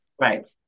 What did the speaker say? Right